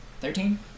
Thirteen